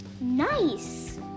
nice